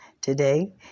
Today